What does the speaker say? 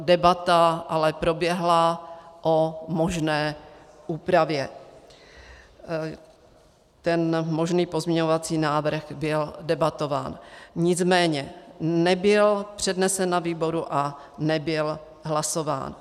Debata ale proběhla o možné úpravě, ten možný pozměňovací návrh byl debatován, nicméně nebyl přednesen na výboru a nebyl hlasován.